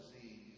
disease